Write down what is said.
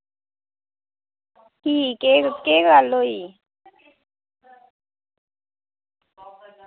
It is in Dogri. फ्ही केह् केह् गल्ल होई